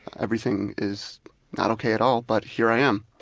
everything is not ok at all. but here i am.